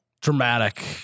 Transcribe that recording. Dramatic